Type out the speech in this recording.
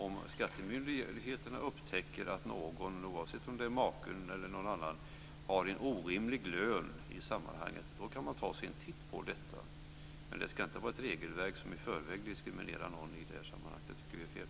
Om skattemyndigheterna upptäcker att någon, oavsett om det är maken eller någon annan, har en orimlig lön i sammanhanget kan man ta sig en titt på det. Men vi ska inte ha ett regelverk som i förväg diskriminerar någon i sammanhanget. Det tycker vi är fel.